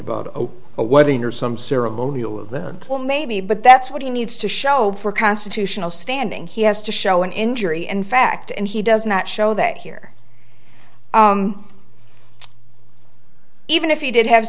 about a wedding or some ceremony all of them all maybe but that's what he needs to show for constitutional standing he has to show an injury and fact and he does not show that here even if he did have